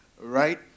Right